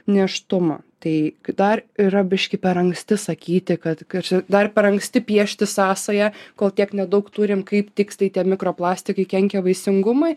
nėštumą tai dar yra biškį per anksti sakyti kad kad šia dar per anksti piešti sąsają kol tiek nedaug turim kaip tiksliai tie mikro plastikai kenkia vaisingumui